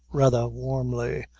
rather warmly,